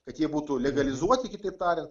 kad jie būtų legalizuoti kitaip tariant